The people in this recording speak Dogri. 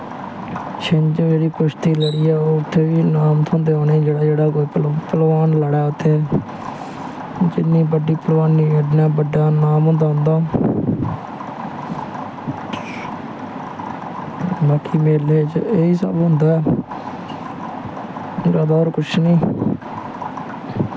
छिंझ जेह्ड़ी कुश्ती लड़ियै ओह् उत्थें बी नाम थ्होंदे जेह्ड़ा जेह्ड़ा भलवान लड़ै उत्थें जिन्नी बड्डी भलबानी उन्ना बड्डा नाम होंदा उंदा बाकी मेले च एही सब होंदा ओह्दै बाद कुछ नी